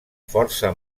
força